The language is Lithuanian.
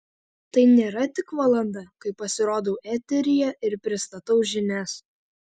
tai nėra tik valanda kai pasirodau eteryje ir pristatau žinias